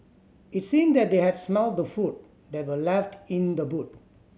it seemed that they had smelt the food that were left in the boot